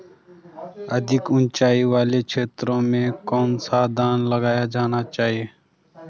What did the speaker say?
अधिक उँचाई वाले क्षेत्रों में कौन सा धान लगाया जाना चाहिए?